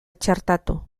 txertatu